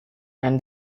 and